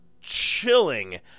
chilling